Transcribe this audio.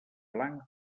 blanc